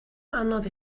anodd